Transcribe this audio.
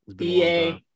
EA